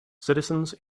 citizens